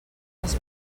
les